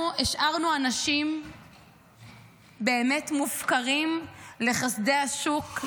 אנחנו השארנו אנשים באמת מופקרים לחסדי השוק,